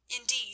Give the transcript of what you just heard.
Indeed